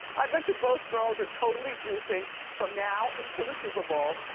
i bet you both girls are totally juicing from now until the super bowl.